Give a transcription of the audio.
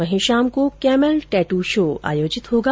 वहीं शाम को कैमल टैटू शो आयोजित होगा